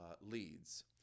leads